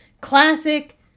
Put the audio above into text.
classic